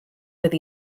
with